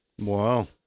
Wow